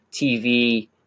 tv